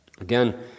Again